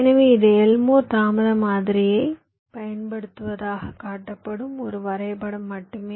எனவே இது எல்மோர் தாமத மாதிரியைப் பயன்படுத்துவதாகக் காட்டப்படும் ஒரு வரைபடம் மட்டுமே